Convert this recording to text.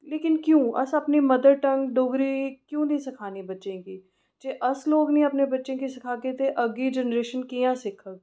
लेकिन क्यों अस अपनी मदरटंग डोगरी क्यों निं सखान्ने बच्चें गी जे अस लोक निं अपने बच्चें गी सखागे ते अगली जैनरेशन कि'यां सिखग